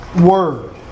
Word